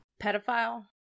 pedophile